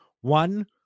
One